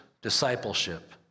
discipleship